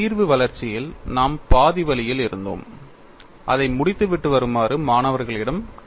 தீர்வு வளர்ச்சியில் நாம் பாதி வழியில் இருந்தோம் அதை முடித்துவிட்டு வருமாறு மாணவர்களிடம் கேட்டேன்